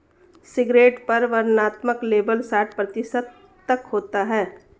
cigarette पर वर्णनात्मक label साठ प्रतिशत तक होता है